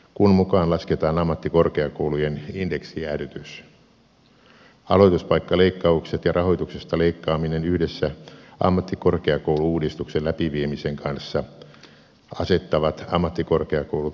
kun mukaan lasketaan ammattikorkeakoulujen indeksijäädytys aloituspaikkaleikkaukset ja rahoituksesta leikkaaminen yhdessä ammattikorkeakoulu uudistuksen läpiviemisen kanssa asettavat ammattikorkeakoulut haasteelliseen tilanteeseen